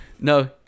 No